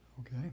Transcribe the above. Okay